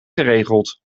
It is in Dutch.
geregeld